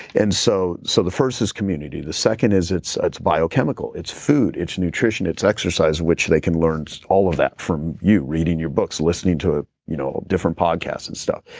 and so so the first is community, the second is it's ah it's biochemical, it's food, its nutrition, it's exercise which they can learn so all of that from you, reading your books, listening to ah you know different podcasts and stuff.